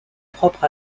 propre